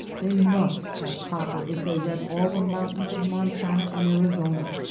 they must have copper if they wreck all the mountains of montana and arizona,